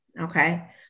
Okay